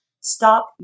stop